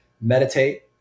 meditate